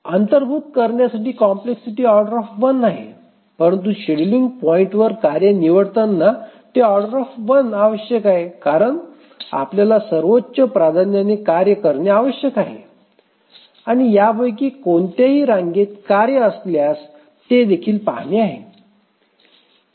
अंतर्भूत करण्यासाठी कॉम्प्लेक्सिटी Oआहे परंतु शेड्यूलिंग पॉइंटवर कार्य निवडताना ते O आवश्यक आहे कारण आपल्याला सर्वोच्च प्राधान्याने कार्य करणे आवश्यक आहे आणि यापैकी कोणत्याही रांगेत कार्य असल्यास ते देखील पाहणे आहे